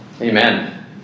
Amen